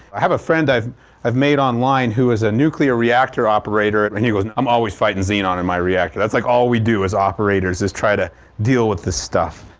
i have a friend i have made online who is a nuclear reactor operator, and he goes i'm always fighting xenon in my reactor, that's like all we do as operators just try to deal with this stuff.